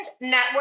network